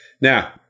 Now